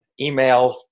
emails